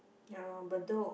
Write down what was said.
ya lor Bedok